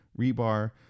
rebar